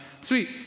Sweet